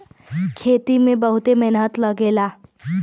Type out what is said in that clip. खेती में बहुते मेहनत लगेला